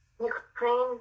Ukraine